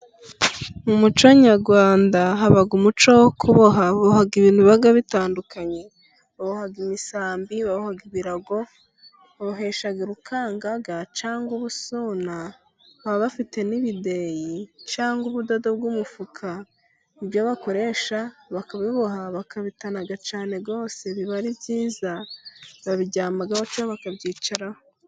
Mu muco nyarwanda haba umuco wo kuboha, boha ibintu biba bitandukanye hari: imisambi, ibirago babaheshaga ubukangaga cangwa ubusuna, baba bafite n'ibideyi cangwa ubudodo bw'umufuka. Ibyo bakoresha bakabiboha bakabitanaga cyane rwose, biba ari byiza babiryamagaho cyangwa bakabyicaraho.